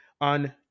on